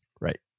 right